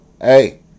hey